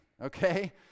okay